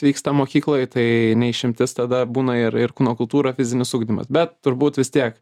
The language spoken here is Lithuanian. vyksta mokykloj tai ne išimtis tada būna ir ir kūno kultūra fizinis ugdymas bet turbūt vis tiek